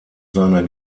seiner